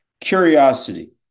Curiosity